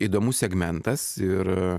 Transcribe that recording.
įdomus segmentas ir